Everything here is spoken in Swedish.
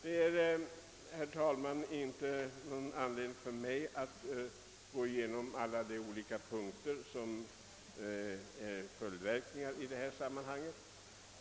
Det finns, herr talman, inte någon anledning för mig att räkna upp alla olika följdverkningar i detta sammanhang.